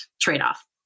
trade-off